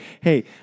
Hey